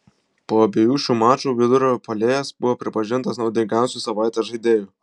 po abiejų šių mačų vidurio puolėjas buvo pripažintas naudingiausiu savaitės žaidėju